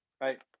Right